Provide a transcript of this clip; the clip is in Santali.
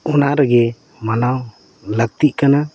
ᱚᱱᱟ ᱨᱮᱜᱮ ᱢᱟᱱᱟᱣ ᱞᱟᱹᱠᱛᱤᱜ ᱠᱟᱱᱟ